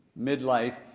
midlife